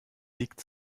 liegt